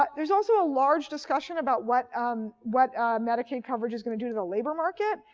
ah there's also a large discussion about what um what medicaid coverage is going to do to the labor market,